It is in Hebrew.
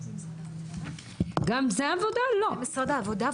גם זה משרד העבודה?